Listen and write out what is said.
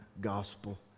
gospel